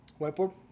Whiteboard